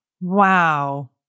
Wow